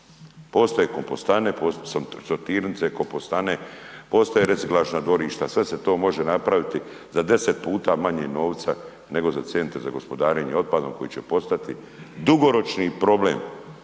sortirnice, kompostane, postoje reciklažna dvorišta, sve se to može napraviti za 10 puta manje novca nego za CGO-i koji će postati dugoročni problem,